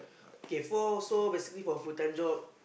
okay four so basically for full time job